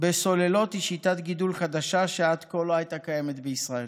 בסוללות הוא שיטת גידול חדשה שעד כה לא הייתה קיימת בישראל.